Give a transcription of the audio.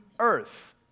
earth